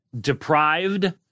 deprived